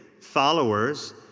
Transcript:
followers